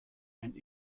and